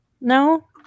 No